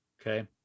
Okay